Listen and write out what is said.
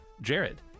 Jared